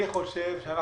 כל החוק הזה הוא כך.